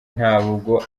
ntabwo